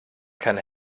kann